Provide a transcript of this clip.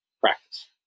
practice